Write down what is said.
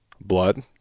blood